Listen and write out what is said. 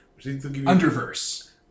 Underverse